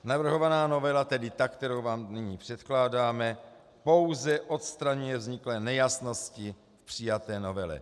Navrhovaná novela, tedy ta, kterou vám nyní předkládám, pouze odstraňuje vzniklé nejasnosti v přijaté novele.